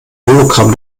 hologramm